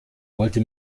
wollte